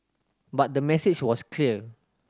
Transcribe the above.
but the message was clear